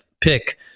pick